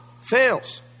fails